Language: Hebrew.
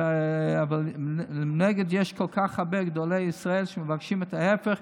אבל מנגד יש כל כך הרבה גדולי ישראל שמבקשים את ההפך.